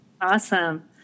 Awesome